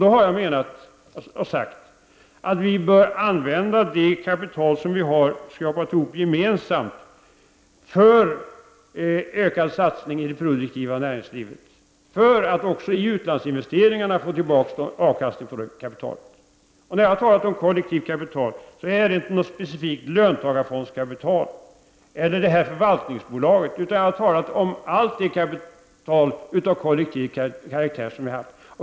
Jag har därför sagt att vi bör använda det kapital som vi gemensamt skrapat ihop till ökade satsningar i det produktiva näringslivet för att också i utlandsinvesteringarna få avkastning på det satsade kapitalet. Då jag i dessa sammanhang har talat om det som jag vill kalla för kollektivt kapital avser jag inte specifikt löntagarfondskapital eller förvaltningsbolaget. Jag har avsett allt kapital av kollektiv karaktär.